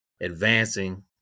advancing